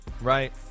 right